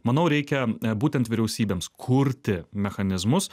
manau reikia būtent vyriausybėms kurti mechanizmus